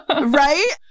right